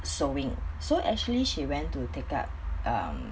sewing so actually she went to take up um